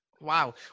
Wow